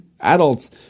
adults